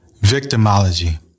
victimology